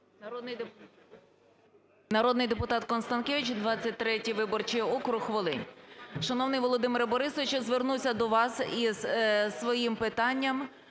Народний депутатКонстанкевич, 23 виборчий округ, Волинь. Шановний Володимире Борисовичу, звернуся до вас і з своїм питанням.